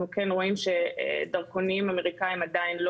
אנחנו כן רואים שדרכונים אמריקאים עדיין לא